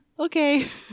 Okay